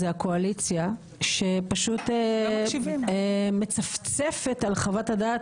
זה הקואליציה שפשוט מצפצפת על חוות הדעת